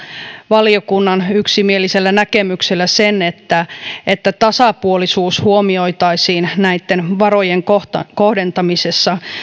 valiokunnan yksimielisellä näkemyksellä sen että että tasapuolisuus huomioitaisiin näitten varojen kohdentamisessa